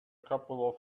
couple